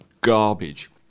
garbage